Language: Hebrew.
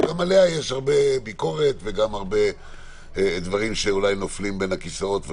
שגם עליה יש ביקורת ויש גם דברים שנופלים בין הכיסאות,